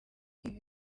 ibi